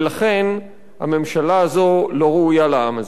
ולכן הממשלה הזאת לא ראויה לעם הזה.